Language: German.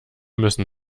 müssen